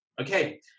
okay